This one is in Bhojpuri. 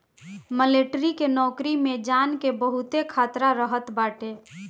मलेटरी के नोकरी में जान के बहुते खतरा रहत बाटे